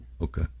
okay